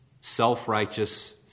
self-righteous